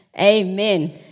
Amen